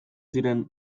ziren